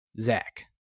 Zach